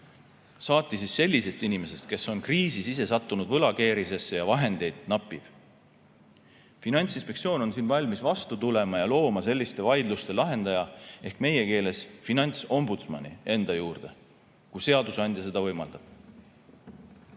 saati siis sellisest inimesest, kes on kriisis ise sattunud võlakeerisesse ja kellel vahendeid napib. Finantsinspektsioon on siin valmis vastu tulema ja looma enda juurde selliste vaidluste lahendaja ehk meie keeles finantsombudsmani, kui seadusandja seda võimaldab.